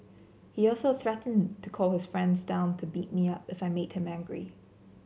he also threatened to call his friends down to beat me up if I him angry